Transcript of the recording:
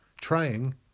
Trying